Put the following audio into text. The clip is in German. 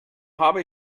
habe